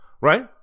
right